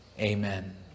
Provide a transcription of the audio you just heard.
amen